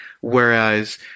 Whereas